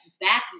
back